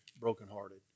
brokenhearted